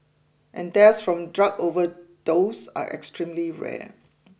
and deaths from drug overdose are extremely rare